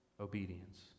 Obedience